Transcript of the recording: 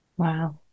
Wow